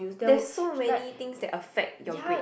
that's so many things that affect your grade